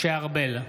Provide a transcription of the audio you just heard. משה ארבל,